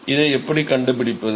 இதை எப்படி கண்டுபிடிப்பது